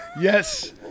Yes